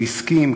הוא הסכים,